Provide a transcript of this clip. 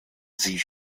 sie